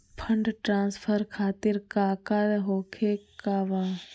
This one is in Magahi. फंड ट्रांसफर खातिर काका होखे का बा?